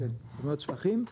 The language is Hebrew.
כמויות שפכים,